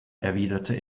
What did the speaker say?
erwiderte